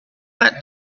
that